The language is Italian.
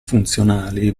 funzionali